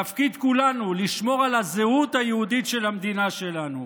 תפקיד כולנו הוא לשמור על הזהות היהודית של המדינה שלנו.